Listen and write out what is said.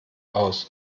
aus